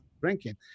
drinking